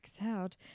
out